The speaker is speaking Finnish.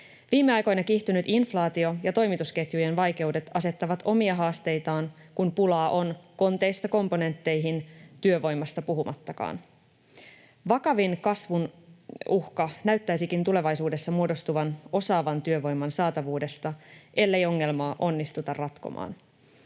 Viime aikoina kiihtynyt inflaatio ja toimitusketjujen vaikeudet asettavat omia haasteitaan, kun pulaa on konteista komponentteihin, työvoimasta puhumattakaan. Vakavin kasvun uhka näyttäisikin tulevaisuudessa muodostuvan osaavan työvoiman saatavuudesta, ellei ongelmaa onnistuta ratkomaan.